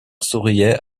souriait